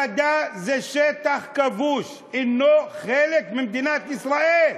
הגדה זה שטח כבוש שאינו חלק ממדינת ישראל.